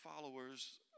followers